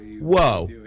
Whoa